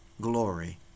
glory